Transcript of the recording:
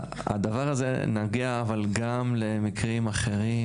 הדבר הזה נוגע גם למקרים אחרים,